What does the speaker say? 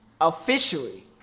officially